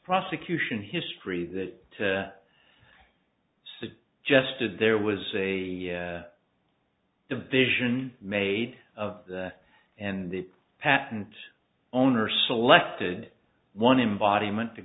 prosecution history that the just of there was a division made of the and the patent owner selected one in body